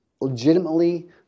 legitimately